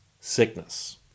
sickness